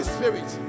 Spirit